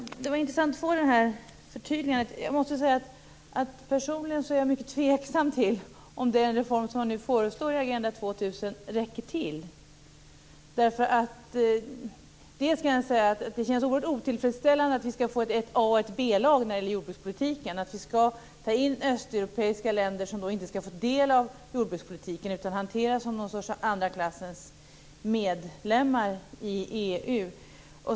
Fru talman! Det var intressant att få det här förtydligandet. Jag måste säga att jag personligen är mycket tveksam till om den reform som man föreslår i Agenda 2000 räcker till. Jag kan säga att det känns oerhört otillfredsställande att vi skall få ett A och ett B-lag när det gäller jordbrukspolitiken. Vi skall ta in östeuropeiska länder som inte skall få del av jordbrukspolitiken, utan hanteras som någon sorts andra klassens medlemmar i EU.